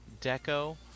Deco